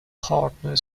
partner